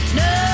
no